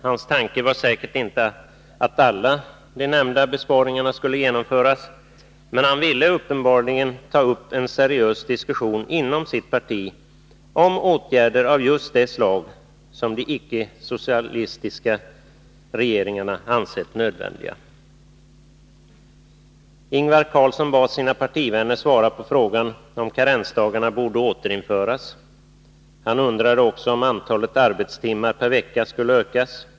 Hans tanke var säkert inte att alla de nämnda besparingarna skulle genomföras, men han ville uppenbarligen ta upp en seriös diskussion inom sitt parti om åtgärder av just det slag som de icke socialistiska regeringarna ansett nödvändiga. Ingvar Carlsson bad sina partivänner svara på frågan om karensdagarna borde återinföras. Han undrade också om antalet arbetstimmar per vecka skulle ökas.